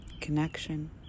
connection